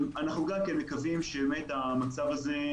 אנחנו גם כן מקווים שהמצב הזה,